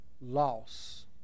loss